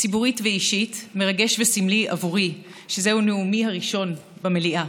ציבורית ואישית מרגש וסמלי עבורי שזהו נאומי הראשון במליאה.